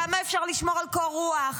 כמה אפשר לשמור על קור רוח?